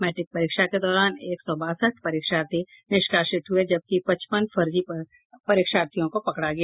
matric परीक्षा के दौरान एक सौ बासठ परीक्षार्थी निष्कासित हुये जबकि पचपन फर्जी परीक्षार्थियों को पकड़ा गया